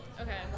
okay